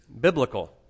biblical